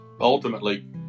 ultimately